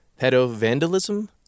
Pedo-vandalism